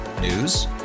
News